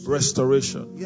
Restoration